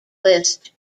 list